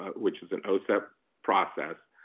which is an osep process,